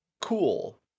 cool